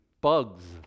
bugs